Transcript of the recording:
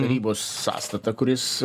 tarybos sąstatą kuris